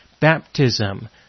baptism